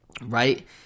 right